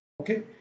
Okay